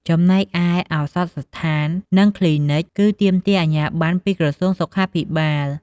ចំណែកឯ ឱសថស្ថាន និងគ្លីនិក គឺទាមទារអាជ្ញាប័ណ្ណពីក្រសួងសុខាភិបាល។